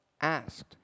asked